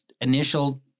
initial